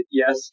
yes